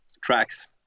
tracks